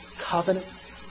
covenant